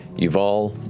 you've all